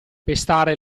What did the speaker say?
pestare